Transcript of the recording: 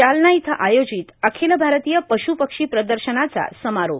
जालना इथं आयोजित र्आखल भारतीय पश्पक्षी प्रदशनाचा समारोप